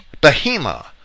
behemoth